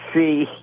see